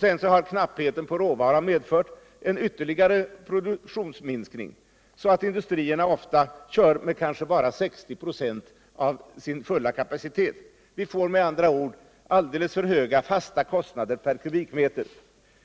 Sedan har knappheten på råvara medfört en ytterligare produktionsminskning, så att industrierna ofta kör med kanske bara 60 96 av sin fulla kapacitet. Vi får med andra ord alldeles för höga fasta kostnader per kubikmeter.